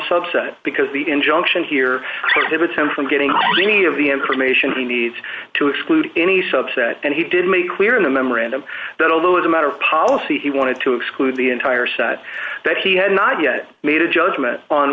subset because the injunction here did with him from getting any of the information he needs to exclude any subset and he did make clear in the memorandum that although as a matter of policy he wanted to exclude the entire side that he had not yet made a judgment on